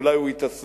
אולי הוא יתאסלם,